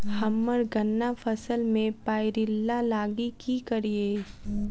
हम्मर गन्ना फसल मे पायरिल्ला लागि की करियै?